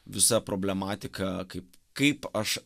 visa problematika kaip kaip aš